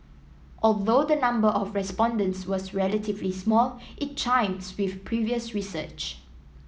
although the number of respondents was relatively small it chimes with previous research